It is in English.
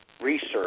research